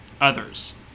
others